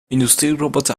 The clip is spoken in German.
industrieroboter